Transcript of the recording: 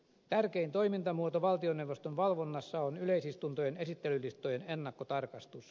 tärkein toimintamuoto valtioneuvoston valvonnassa on yleisistuntojen esittelylistojen ennakkotarkastus